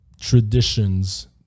traditions